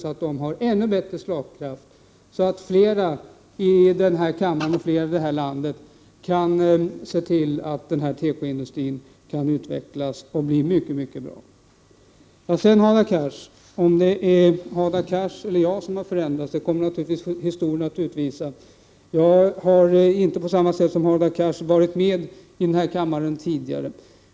Den har då fått ännu bättre slagkraft så att flera i denna kammare och flera i det här landet kan se till att tekoindustrin kan utvecklas och bli mycket bra. Om det är Hadar Cars eller jag som har förändrats kommer naturligtvis historien att utvisa. Jag har inte på samma sätt som Hadar Cars varit med i den här kammaren tidigare.